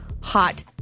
hot